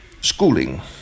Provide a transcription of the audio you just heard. Schooling